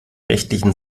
rechtlichen